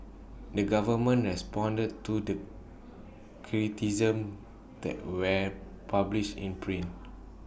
the government has responded to the criticisms that where published in print